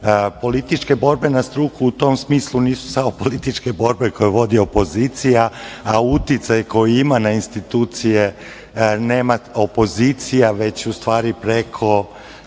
struku. Političke borbe na struku u tom smislu nisi samo političke borbe koje vodi opozicija. Uticaj koji ima na institucije nema opozicija, već u stvari preko